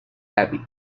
abbey